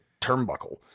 turnbuckle